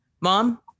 mom